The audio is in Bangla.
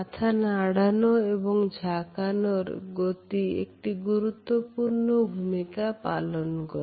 মাথা নাড়ানো এবং ঝাঁকানোর গতি একটি গুরুত্বপূর্ণ ভূমিকা পালন করে